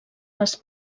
les